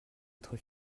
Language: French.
être